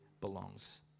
belongs